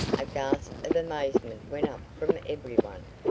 a gasp of amazement went up from every one.